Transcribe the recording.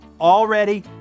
already